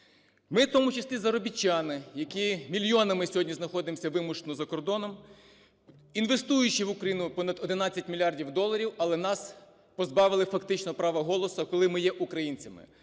Ми в тому числі заробітчани, які мільйонами сьогодні знаходимося вимушено за кордоном, інвестуючи в Україну понад 11 мільярдів доларів, але нас позбавили фактично права голосу, коли ми є українцями.